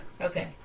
okay